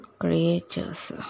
creatures